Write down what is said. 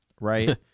right